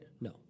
No